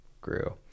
grew